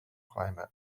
climate